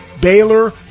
Baylor